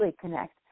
connect